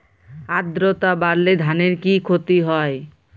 আদ্রর্তা বাড়লে ধানের কি ক্ষতি হয়?